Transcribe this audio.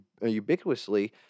ubiquitously